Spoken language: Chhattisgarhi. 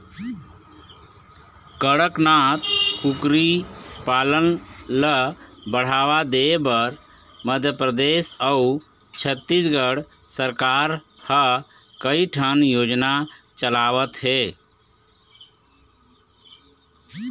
कड़कनाथ कुकरी पालन ल बढ़ावा देबर मध्य परदेस अउ छत्तीसगढ़ सरकार ह कइठन योजना चलावत हे